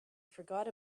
forgot